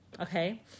Okay